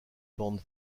bandes